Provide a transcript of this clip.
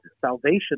salvation